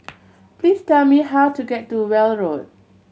please tell me how to get to Weld Road